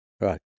Right